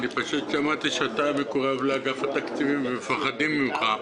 אני פשוט שמעתי שאתה מקורב לאגף התקציבים והם מפחדים ממך.